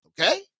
Okay